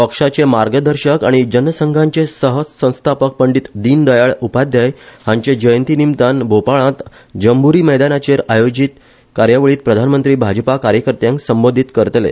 पक्षाचे मार्गदर्शक आनी जनसंघाचे सहसंस्थापक पंडित दिन दयाळ उपाध्याय हांचे जयंती निमतान भोपाळांत जंभुरी मैदानाचेर आयोजती कार्यावळींत प्रधानमंत्री भाजपा कार्यकर्त्याक संबोधीत करतले